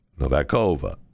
Novakova